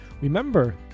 Remember